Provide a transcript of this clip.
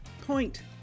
Point